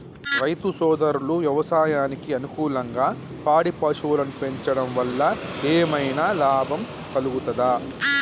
రైతు సోదరులు వ్యవసాయానికి అనుకూలంగా పాడి పశువులను పెంచడం వల్ల ఏమన్నా లాభం కలుగుతదా?